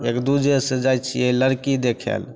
एकदूजेसे जाइ छिए लड़की देखैले